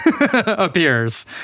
appears